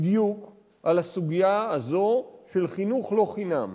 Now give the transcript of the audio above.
בדיוק על הסוגיה הזו של חינוך לא-חינם,